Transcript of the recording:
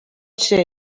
ser